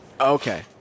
Okay